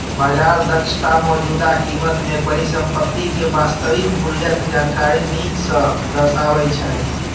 बाजार दक्षता मौजूदा कीमत मे परिसंपत्ति के वास्तविक मूल्यक जानकारी नीक सं दर्शाबै छै